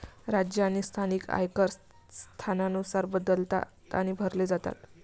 राज्य आणि स्थानिक आयकर स्थानानुसार बदलतात आणि भरले जातात